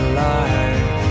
life